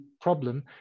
problem